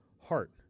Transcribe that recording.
heart